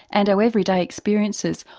and our everyday experiences,